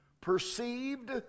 Perceived